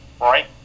right